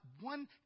one